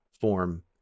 form